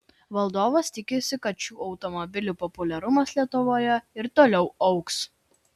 vadovas tikisi kad šių automobilių populiarumas lietuvoje ir toliau augs